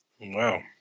wow